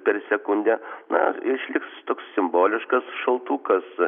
per sekundę na išliks toks simboliškas šaltukas